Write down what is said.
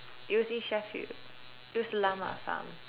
it was in Sheffield it was a llama farm